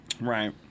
right